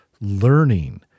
learning